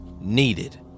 needed